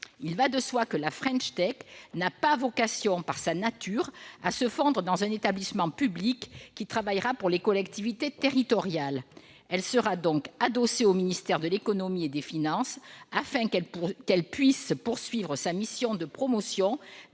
Il va de soi que la French Tech n'a pas vocation, par sa nature, à se fondre dans un établissement public qui travaillera pour les collectivités territoriales. Elle restera donc adossée au ministère de l'économie et des finances, afin qu'elle puisse poursuivre sa mission de promotion